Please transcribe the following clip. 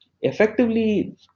effectively